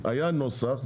היה נוסח,